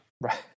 Right